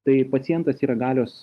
tai pacientas yra galios